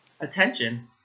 attention